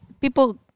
people